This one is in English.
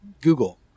Google